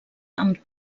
amb